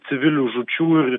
civilių žūčių ir